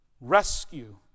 Rescue